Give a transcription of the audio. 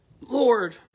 Lord